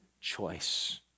choice